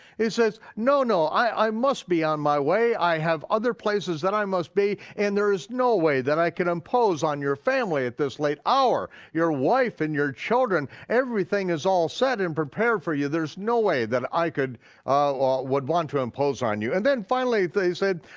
he says no, no, i must be on my way, i have other places that i must be, and there is no way that i can impose on your family at this late hour, your wife and your children, everything is all set and prepared for you, there's no way that i ah would want to impose on you. and then finally said,